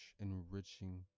enriching